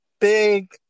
big